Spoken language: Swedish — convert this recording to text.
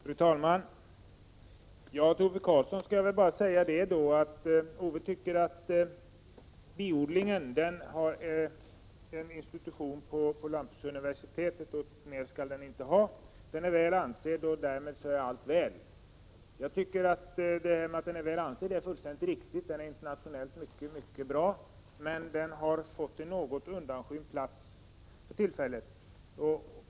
Fru talman! Ove Karlsson säger att det finns en avdelning för biodling på lantbruksuniversitetet och att det inte behövs mer än så. Denna avdelning är väl ansedd, och därmed är allt väl. Det är fullständigt riktigt att avdelningen för biodling är väl ansedd — den är internationellt sett mycket bra — men den har fått en något undanskymd plats.